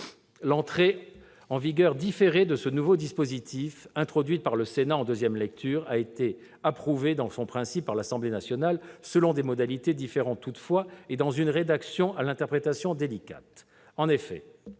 l'entrée en vigueur différée de ce nouveau dispositif, introduite par le Sénat en deuxième lecture, a été approuvée dans son principe par l'Assemblée nationale, selon des modalités différentes et dans une rédaction à l'interprétation délicate.